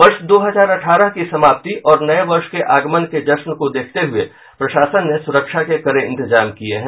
वर्ष दो हजार अठारह की समाप्ति और नये वर्ष के आगमन के जश्न को देखते हुए प्रशासन ने सुरक्षा के कड़े इंतजाम किये है